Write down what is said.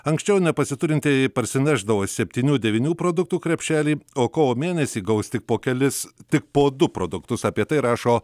anksčiau nepasiturintieji parsinešdavo septynių devynių produktų krepšelį o kovo mėnesį gaus tik po kelis tik po du produktus apie tai rašo